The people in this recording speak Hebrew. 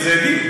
וזה אדים.